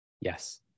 Yes